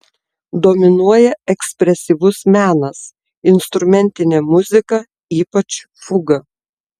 dominuoja ekspresyvus menas instrumentinė muzika ypač fuga